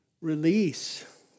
Release